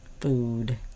food